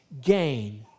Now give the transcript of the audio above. gain